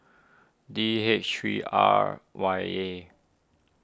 D H three R Y A